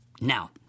Now